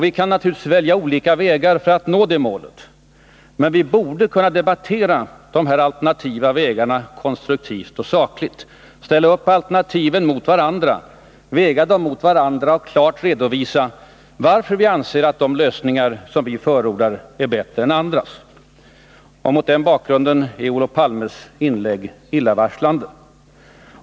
Vi kan naturligtvis välja olika vägar för att nå det målet. Men vi borde kunna debattera de här alternativa vägarna konstruktivt och sakligt, ställa upp alternativen mot varandra, väga dem mot varandra och klart redovisa varför vi anser att de lösningar vi förordar är bättre än andra. Mot den bakgrunden är Olof Palmes inlägg illavarslande.